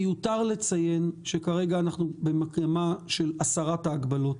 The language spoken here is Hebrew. מיותר לציין שכרגע אנחנו במגמה של הסרת ההגבלות.